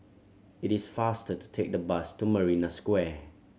it is faster to take the bus to Marina Square